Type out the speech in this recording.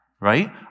right